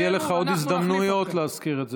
יהיו לך עוד הזדמנויות להזכיר את זה.